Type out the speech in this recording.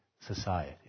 society